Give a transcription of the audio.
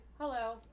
hello